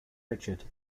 richard